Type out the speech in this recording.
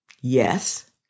yes